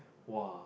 !wah!